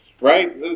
Right